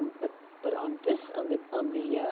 but but on this, on the, on the